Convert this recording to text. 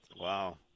Wow